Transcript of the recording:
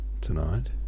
tonight